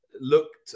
looked